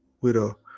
Widow